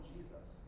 Jesus